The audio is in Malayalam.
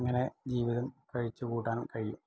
അങ്ങനെ ജീവിതം കഴിച്ചുകൂട്ടാൻ കഴിയും